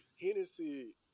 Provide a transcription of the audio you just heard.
Hennessy